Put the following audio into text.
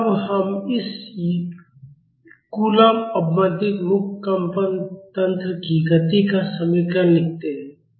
अब हम इस कूलॉम अवमंदित मुक्त कंपन तंत्र की गति का समीकरण लिखते हैं